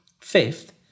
Fifth